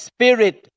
Spirit